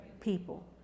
people